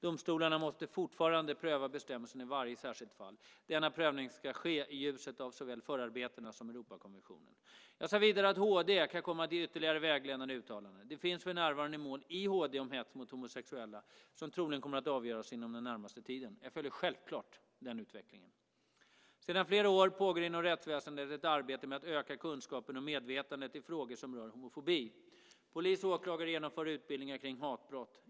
Domstolarna måste fortfarande pröva bestämmelsen i varje särskilt fall. Denna prövning ska ske i ljuset av såväl förarbetena som Europakonventionen. Jag sade vidare att HD kan komma att ge ytterligare vägledande uttalanden. Det finns för närvarande mål i HD om hets mot homosexuella som troligen kommer att avgöras inom den närmaste tiden. Jag följer självklart den utvecklingen. Sedan flera år pågår inom rättsväsendet ett arbete med att öka kunskapen och medvetandet i frågor som rör homofobi. Polis och åklagare genomför utbildningar kring hatbrott.